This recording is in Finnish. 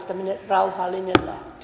tämmöinen rauhallinen